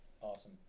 Awesome